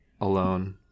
alone